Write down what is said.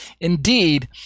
Indeed